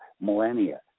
millennia